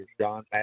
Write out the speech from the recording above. John